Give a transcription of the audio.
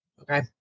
okay